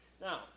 Now